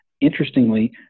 interestingly